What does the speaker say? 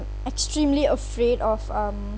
extremely afraid of um